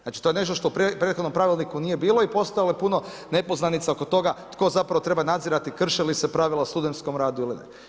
Znači to je nešto što u prethodnom pravilniku nije bilo i postalo je puno nepoznanica oko toga tko treba nadzirati krše li se pravila o studentskom radu ili ne.